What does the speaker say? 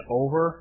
over